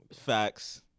Facts